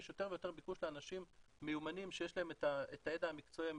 יש יותר ויותר ביקוש לאנשים מיומנים שיש להם את הידע המקצועי המדויק,